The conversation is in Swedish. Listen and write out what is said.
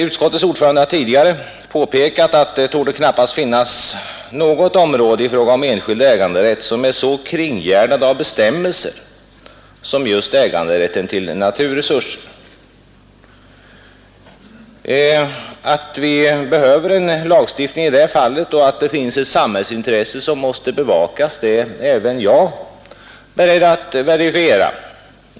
Utskottets ordförande har tidigare påpekat att det knappast torde finnas något område av enskild äganderätt som är så kringgärdat av bestämmelser som just äganderätten till naturresurser. Att vi behöver en lagstiftning i detta fall och att det finns ett samhällsintresse som måste bevakas är även jag beredd att verifiera.